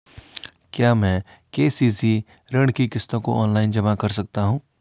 क्या मैं के.सी.सी ऋण की किश्तों को ऑनलाइन जमा कर सकता हूँ?